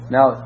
Now